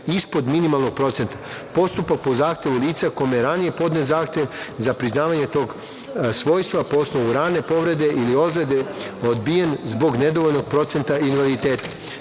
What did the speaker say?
ispod minimalnog procenta, postupak po zahtevu lica kome je ranije podnet zahtev za priznavanje tog svojstva po osnovu rane povrede ili ozlede odbijen zbog nedovoljnog procenta invaliditeta.